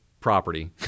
property